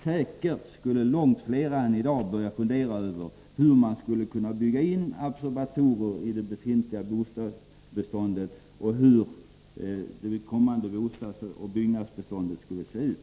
Säkert skulle långt fler än i dag börja fundera över hur man skulle kunna bygga in absorbatorer i det befintliga bostadsbeståndet och över hur det kommande bostadsoch byggnadsbeståndet skulle se ut.